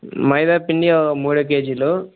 మైదా పిండి మూడు కేజీలు